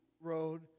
road